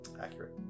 accurate